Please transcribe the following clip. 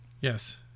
Yes